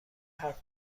حرف